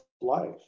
life